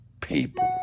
people